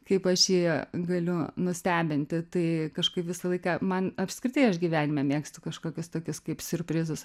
kaip aš jį galiu nustebinti tai kažkaip visą laiką man apskritai aš gyvenime mėgstu kažkokius tokius kaip siurprizus